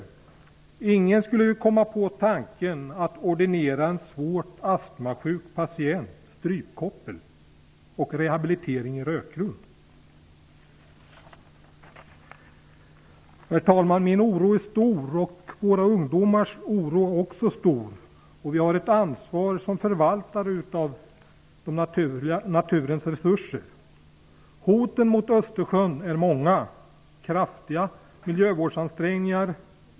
Ingen skulle komma på tanken att ordinera en svårt astmasjuk patient strypkoppel och rehabilitering i rökrum. Min oro är stor, och våra ungdomars oro är också stor. Vi har ett ansvar såsom förvaltare av naturens resurser. Hoten mot Östersjön är många. Kraftiga miljövårdsansträngningar krävs.